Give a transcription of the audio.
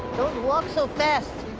don't walk so fast.